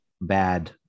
bad